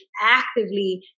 actively